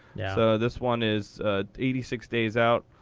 yeah so this one is eighty six days out,